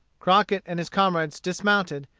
crockett and his comrades dismounted,